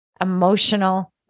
emotional